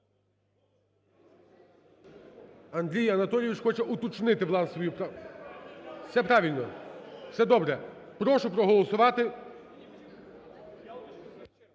Андрій Анатолійович хоче уточнити свою… Все правильно, все добре. Прошу проголосувати…